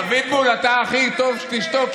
אבוטבול, אתה, הכי טוב שתשתוק.